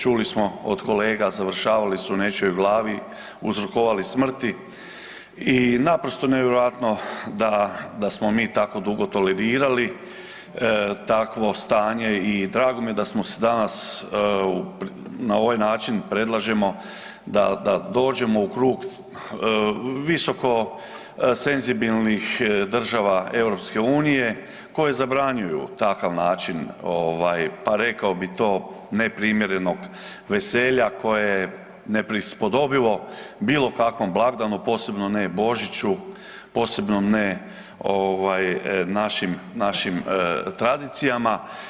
Čuli smo od kolega završavali su u nečijoj glavi, uzrokovali smrti i naprosto nevjerojatno da smo mi tako dugo tolerirali takvo stanje i drago mi je da smo danas na ovaj način predlažemo da dođemo u krug visoko senzibilnih država EU koje zabranjuju takav način pa rekao bi to neprimjernog veselja koje neprispodobivo bilo kakvom blagdanu, posebno ne Božiću, posebno ne našim tradicijama.